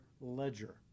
ledger